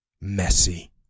messy